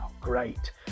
great